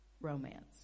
romance